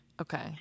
Okay